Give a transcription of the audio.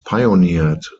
pioneered